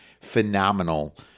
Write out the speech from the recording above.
phenomenal